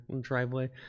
driveway